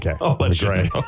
okay